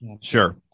Sure